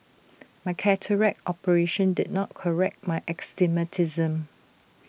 my cataract operation did not correct my astigmatism